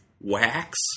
wax